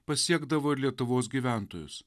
pasiekdavo lietuvos gyventojus